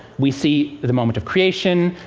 we see the moment of creation.